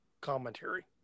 commentary